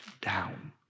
down